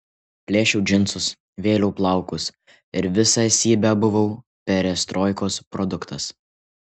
plėšiau džinsus vėliau plaukus ir visa esybe buvau perestroikos produktas